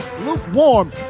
lukewarm